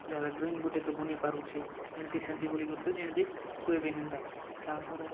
ଯାହା ହେଲେ ଡ୍ରଇଂ ଗୁଟେ ତ ବନେଇ ପାରୁଛେ ଏନ୍ତି ସେନ୍ତି ବୋଲିକରି ତ ଯେନ୍ ବି କହେବେ ହେନ୍ତା ତା'ର୍ପରେ